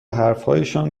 حرفهایشان